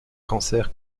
cancer